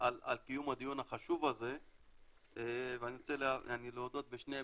על קיום הדיון החשוב הזה ואני רוצה להודות בשני היבטים,